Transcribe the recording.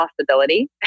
possibility